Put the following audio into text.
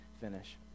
finish